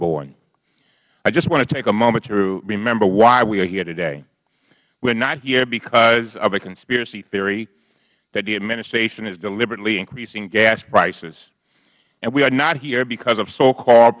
moment to remember why we are here today we are not here because of a conspiracy theory that the administration is deliberately increasing gas prices and we are not here because of socalled